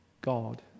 God